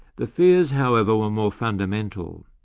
the fears, however, were more fundamental.